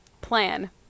plan